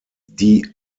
die